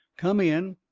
come in,